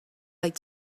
like